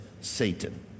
Satan